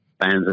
fans